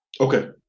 Okay